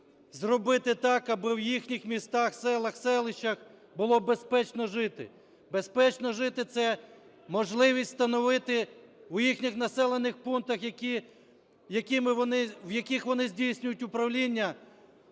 зробити так, аби в їхніх містах, селах, селищах було безпечно жити. Безпечно жити - це можливість встановити в їхніх населених пунктах, в яких вони здійснюють управління,